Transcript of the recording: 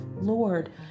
Lord